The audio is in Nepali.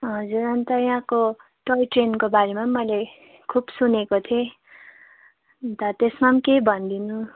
हजुर अन्त यहाँको टोय ट्रेनको बारेमा पनि मैले खुब सुनेको थिएँ अन्त त्यसमा पनि केही भनिदिनु